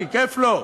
כי כיף לו?